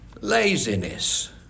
laziness